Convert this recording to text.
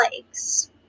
likes